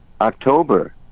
October